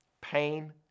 pain